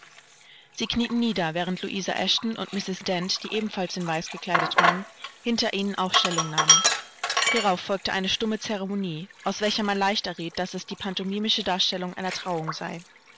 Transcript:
sie knieten nieder während louisa eshton und mrs dent die ebenfalls in weiß gekleidet waren hinter ihnen aufstellung nahmen hierauf folgte eine stumme ceremonie aus welcher man leicht erriet daß es die pantomimische darstellung einer trauung sei